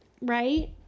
Right